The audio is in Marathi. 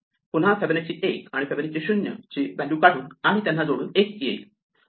पुन्हा फिबोनाची 1 आणि फिबोनाची 0 ची व्हॅल्यू काढून आणि त्यांना जोडून 1 येईल